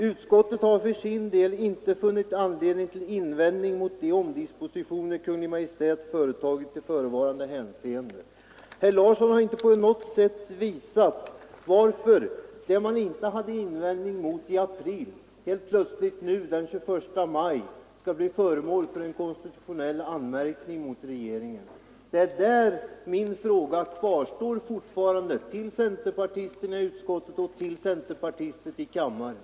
Utskottet har för sin del inte funnit anledning till invändning mot de omdispositioner Kungl. Maj:t företagit i förevarande hänseende.” Herr Larsson i Borrby har inte på något sätt visat varför det som man inte hade invändningar mot i april nu plötsligt, den 21 maj, skall bli föremål för en konstitutionell anmärkning mot regeringen. Det är på den punkten min fråga fortfarande kvarstår till centerpartisterna i utskottet och i kammaren.